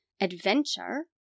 adventure